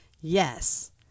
Yes